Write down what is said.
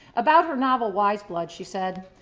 about her novel, wise blood, she said,